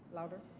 louder?